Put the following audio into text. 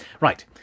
Right